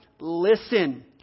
listen